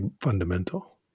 fundamental